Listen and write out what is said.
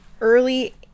early